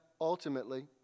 ultimately